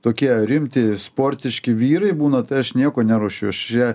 tokie rimti sportiški vyrai būna tai aš nieko neruošiu aš čia